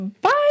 Bye